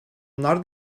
nord